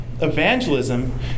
evangelism